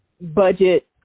budget